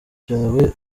byawe